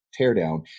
teardown